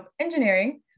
engineering